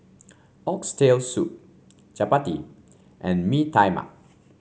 Oxtail Soup Chappati and Mee Tai Mak